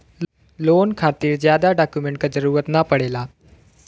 loan खातिर जादा document क जरुरत न पड़ेला